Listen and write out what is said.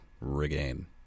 regain